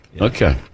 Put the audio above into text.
Okay